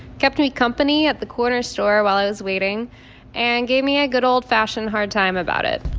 kept me company at the corner store while i was waiting and gave me a good, old-fashioned hard time about it.